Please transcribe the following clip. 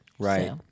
Right